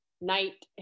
night